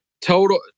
total